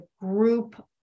group